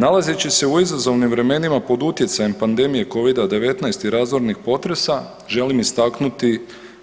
Nalazeći se u izazovnim vremenima pod utjecajem pandemije Covid-19 i razornih potresa želim istaknuti